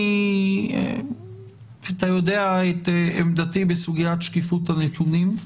אני רוצה לומר שאתה יודע את עמדתי בסוגיית שקיפות הנתונים.